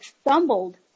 stumbled